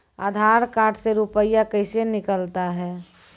आधार कार्ड से रुपये कैसे निकलता हैं?